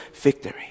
victory